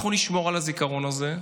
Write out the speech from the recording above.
אנחנו נשמור על הזיכרון הזה.